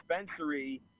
dispensary